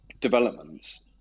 developments